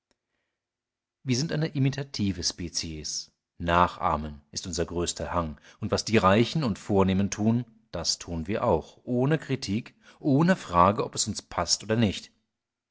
wir sind eine imitative spezies nachahmen ist unser größter hang und was die reichen und vornehmen tun das tun wir auch ohne kritik ohne frage ob es uns paßt oder nicht